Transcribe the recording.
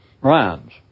rhymes